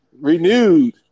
renewed